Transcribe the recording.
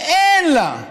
שאין לה,